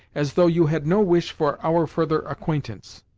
as though you had no wish for our further acquaintance.